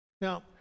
Now